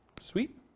Sweet